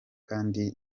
kandi